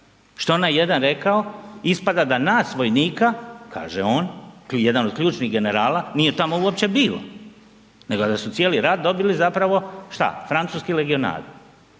što je onaj jedan rekao ispada da nas vojnika, kaže on, jedan od ključnih generala nije tamo uopće bio, nego da su cijeli rat dobili zapravo, šta, francuski legionari,